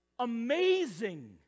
amazing